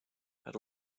had